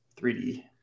3d